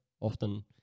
often